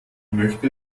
möchte